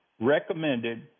recommended